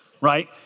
right